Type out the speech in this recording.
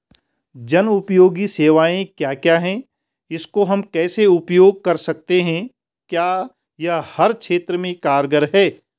जनोपयोगी सेवाएं क्या क्या हैं इसको हम कैसे उपयोग कर सकते हैं क्या यह हर क्षेत्र में कारगर है?